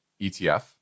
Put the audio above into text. ETF